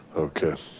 okay. yes.